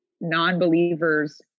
non-believers